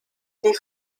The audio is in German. die